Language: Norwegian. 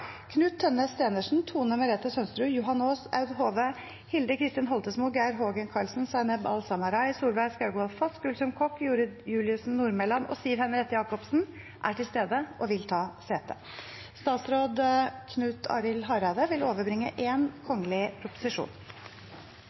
Knut Tønnes Steenersen, Tone Merete Sønsterud, Johan Aas, Aud Hove, Hilde Kristin Holtesmo, Geir Hågen Karlsen, Zaineb Al-Samarai, Solveig Skaugvoll Foss, Gulsum Koc, Jorid Juliussen Nordmelan og Siv Henriette Jacobsen er til stede og vil ta sete.